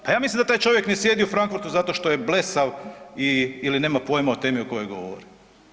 Pa ja mislim da taj čovjek ne sjedi u Frankfurtu zato što je blesav ili nema pojma o temi o kojoj govori.